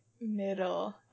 middle